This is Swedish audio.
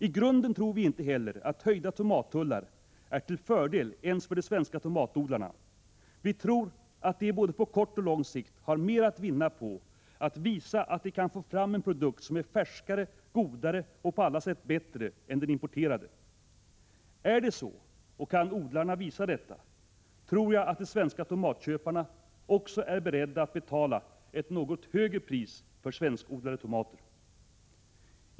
I grunden tror vi inte heller, att höjda tomattullar är till fördel ens för de svenska tomatodlarna. Vi tror att odlarna både på kort och på lång sikt har mera att vinna på att visa att de kan få fram en produkt som är färskare, godare och på alla sätt bättre än den importerade. Är det så, och kan odlarna visa detta, tror jag att de svenska tomatköparna också är beredda att betala ett något högre pris för svenskodlade tomater.